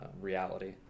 reality